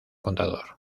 contador